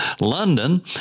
London